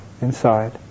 inside